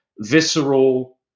visceral